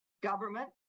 government